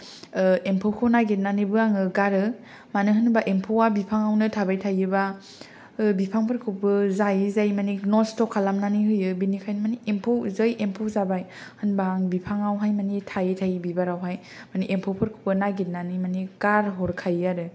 एम्फौखौ नागेरनानैबो आङो गारो मानो होनबा एम्फौया बिफांयावनो थाबाय थायोबा बिफांफोरखौबो जायै जायै मानि नस्ट' खालामनानै होयो बेनिखायनो मानि एम्फौ जै एम्फौ जाबाय होनबा आं बिफांआवहाय मानि थायै थायै बिबारावहाय मानि एम्फौफोरखौबो नागिरनानै मानि गारहर खायो आरो